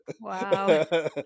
Wow